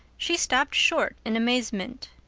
she stopped short in amazement.